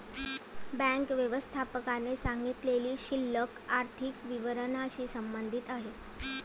bank व्यवस्थापकाने सांगितलेली शिल्लक आर्थिक विवरणाशी संबंधित आहे